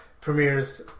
premieres